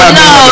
no